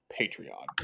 Patreon